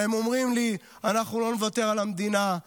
והם אומרים לי: אנחנו לא נוותר על המדינה,